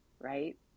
right